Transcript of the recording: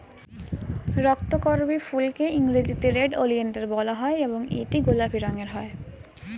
রক্তকরবী ফুলকে ইংরেজিতে red oleander বলা হয় এবং এটি গোলাপি রঙের হয়